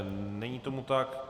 Není tomu tak.